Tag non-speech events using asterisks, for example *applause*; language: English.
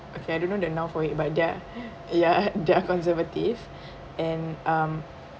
okay I don't know the noun for it but they're *breath* ya they are conservative *breath* and um